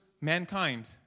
mankind